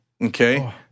okay